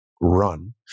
run